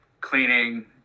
cleaning